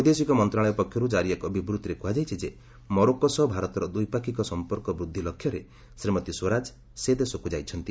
ବୈଦେଶିକ ମନ୍ତ୍ରଣାଳୟ ପକ୍ଷରୁ ଜାରି ଏକ ବିବୂତ୍ତିରେ କୁହାଯାଇଛି ଯେ ମରୋକ୍କୋ ସହ ଭାରତର ଦ୍ୱିପାକ୍ଷିକ ସଂପର୍କ ବୃଦ୍ଧି ଲକ୍ଷ୍ୟରେ ଶ୍ରୀମତୀ ସ୍ୱରାଜ ସେ ଦେଶକୁ ଯାଇଛନ୍ତି